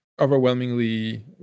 overwhelmingly